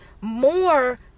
more